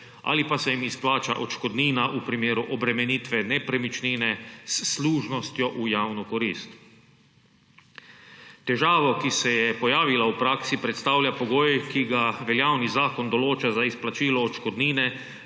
ali pa se jim izplača odškodnina v primeru obremenitve nepremičnine s služnostjo v javno korist. Težavo, ki se je pojavila v praksi, predstavlja pogoj, ki ga veljavni zakon določa za izplačilo odškodnine